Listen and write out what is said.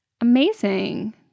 Amazing